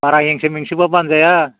बारा एसे मेसें बा बानजाया